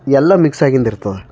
ಎಲ್ಲ ಮಿಕ್ಸ್ ಆಗಿದ್ದು ಇರ್ತದ